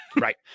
right